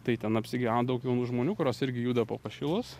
tai ten apsigyveno daug jaunų žmonių kurios irgi juda po pašilus